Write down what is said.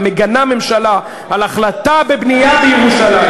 ומגנה ממשלה על החלטה על בנייה בירושלים,